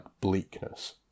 bleakness